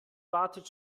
wartet